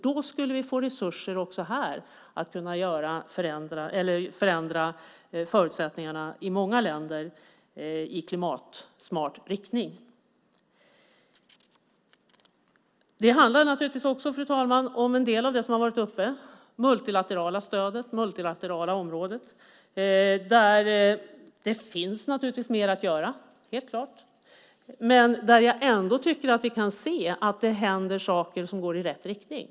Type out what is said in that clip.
Då skulle vi få resurser också här för att kunna förändra förutsättningarna i många länder i klimatsmart riktning. Fru talman! Det handlar naturligtvis också om det multilaterala stödet och det multilaterala området, där det helt klart finns mer att göra, men där jag ändå tycker att det händer saker som går i rätt riktning.